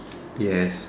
yes